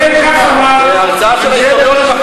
משכתב את ההיסטוריה.